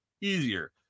Easier